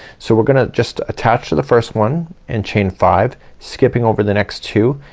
so we're gonna just attach to the first one and chain five, skipping over the next two,